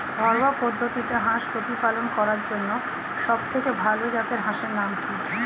ঘরোয়া পদ্ধতিতে হাঁস প্রতিপালন করার জন্য সবথেকে ভাল জাতের হাঁসের নাম কি?